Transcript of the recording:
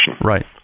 Right